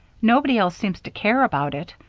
nobody else seems to care about it.